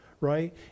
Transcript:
right